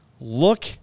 look